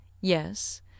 Yes